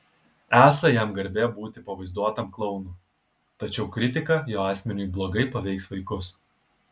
esą jam garbė būti pavaizduotam klounu tačiau kritika jo asmeniui blogai paveiks vaikus